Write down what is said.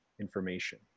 information